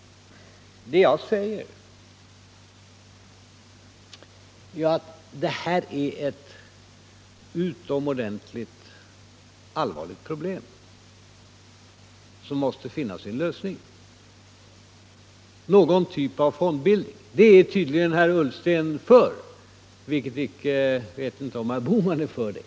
Det jag säger är att det här är ett utomordentligt allvarligt problem, som måste finna sin lösning. Tydligen är herr Ullsten för någon typ av fondbildning. Jag vet inte om herr Bohman -— eller någon direktör i Arbetsgivareföreningen — är för det.